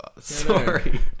Sorry